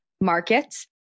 markets